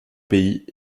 pays